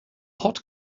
hot